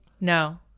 No